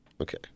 Okay